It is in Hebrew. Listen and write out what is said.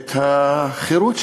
את החירות שלהם,